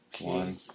One